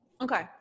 Okay